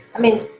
i mean,